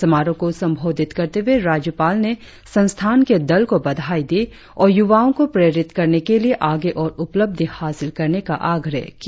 समारोह को संबोधित करते हुए राज्यपाल ने संस्थान के दल को बधाई दी और युवाओ को प्रेरित करने के लिए आगे और उपलब्धि हासिल करने का आग्रह किया